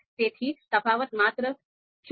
તેથી તફાવત માત્ર 0